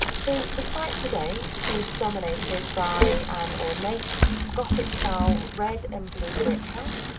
so the site today is dominated by an ornate gothic style red and blue brick house.